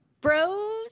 Bros